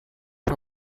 for